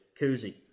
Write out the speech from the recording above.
koozie